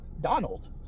Donald